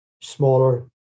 smaller